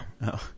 No